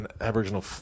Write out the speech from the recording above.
Aboriginal